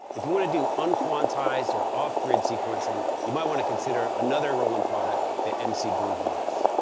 if you want to do unquantized or off-grid sequencing, you might want to consider another roland product, the mc groovebox.